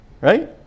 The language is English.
Right